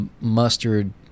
mustard